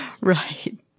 Right